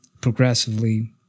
progressively